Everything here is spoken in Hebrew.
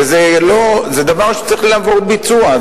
וזה דבר שצריך לעבור ביצוע.